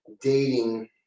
dating